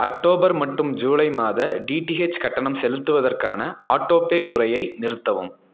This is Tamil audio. அக்டோபர் மற்றும் ஜூலை மாத டிடிஹெச் கட்டணம் செலுத்துவதற்கான ஆட்டோபே முறையை நிறுத்தவும்